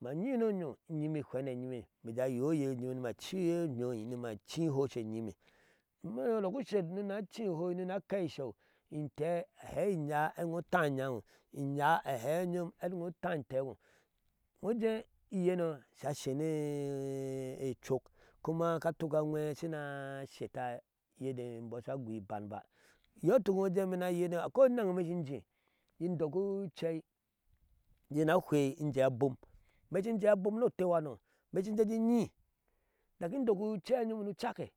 ma nyi ni onyo inyime ihweniyimeni ma ayee oyee eyime ni ma cihe onyoi nima hoshe eyime amma iŋo daka usher ni na aci e ihoi ni naaa akɛɛ ishow, intɛɛ a heli inya inoo utah inyanoinyaa a hɛɛ unyom ɛti utaa intɛɛno iŋo njɛɛ iyeno asha asheno ocok kuma sha tuk aŋwɛɛe shima shete naa shak e imbɔɔ sha guiban ba iyɔɔ ituk iŋoo ujɛɛ ime in naa ayene akoi eneŋe ime shin jee injea indok ucei, injee ni ahwei injee abom, ime shin jee abom ni atewha no in jee je inyi indak indok ucei nyom ni ucakke.